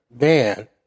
man